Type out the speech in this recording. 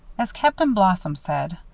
as captain blossom said,